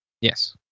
Yes